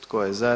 Tko je za?